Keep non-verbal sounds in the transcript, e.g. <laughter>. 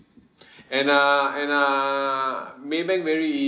<breath> and uh and uh maybank very